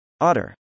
Otter